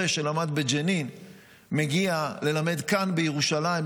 שלמד בג'נין מגיע ללמד כאן בירושלים,